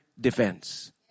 defense